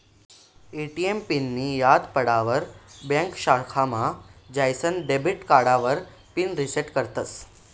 ATM पिननीं याद पडावर ब्यांक शाखामा जाईसन डेबिट कार्डावर पिन रिसेट करतस